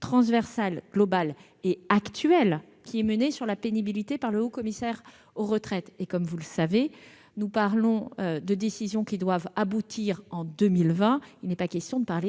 transversale et globale- et actuelle ! -qui est menée sur la pénibilité par le haut-commissaire aux retraites. Et, comme vous le savez, nous parlons là de décisions qui doivent aboutir en 2020, et certainement pas